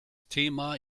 thema